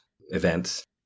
events